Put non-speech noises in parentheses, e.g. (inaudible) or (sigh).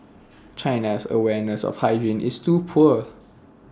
(noise) China's awareness of hygiene is too poor